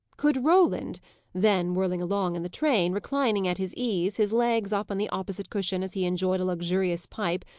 could roland then whirling along in the train, reclining at his ease, his legs up on the opposite cushion as he enjoyed a luxurious pipe,